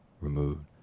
removed